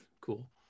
cool